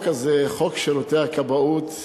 החוק הזה, חוק שירותי הכבאות,